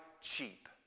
cheap